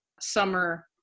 summer